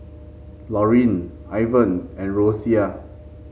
Lorin Ivan and Rosia